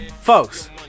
folks